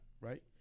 right